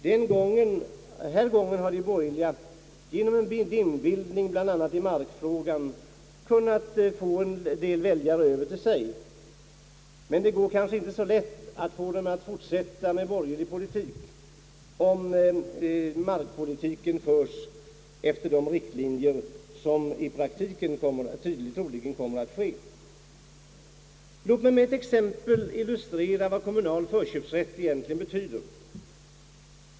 Den här gången har de borgerliga genom en dimbildning i bl.a. markfrågan kunnat få en del väljare över till sig. Men det går kanske inte så lätt att få dem att fortsätta med borgerlig politik, om markpolitiken förs efter de riktlinjer som i praktiken troligen kommer att tillämpas. Låt mig med ett exempel illustrera vad kommunal förköpsrätt egentligen betyder.